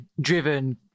driven